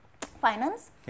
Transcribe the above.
finance